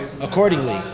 accordingly